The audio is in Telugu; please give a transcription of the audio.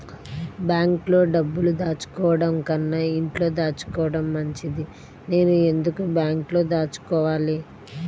బ్యాంక్లో డబ్బులు దాచుకోవటంకన్నా ఇంట్లో దాచుకోవటం మంచిది నేను ఎందుకు బ్యాంక్లో దాచుకోవాలి?